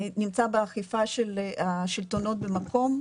נמצא באכיפה של השלטונות במקום,